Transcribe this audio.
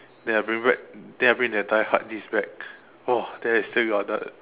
then I bring back then I bring the entire hard disk back !wah! then still got the